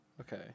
Okay